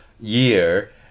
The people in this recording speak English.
year